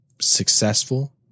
successful